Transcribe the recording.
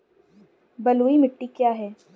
बलुई मिट्टी क्या है?